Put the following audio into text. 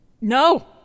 No